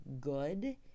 good